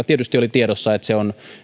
tietysti oli tiedossa että se on